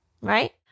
Right